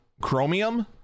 Chromium